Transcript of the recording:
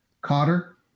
cotter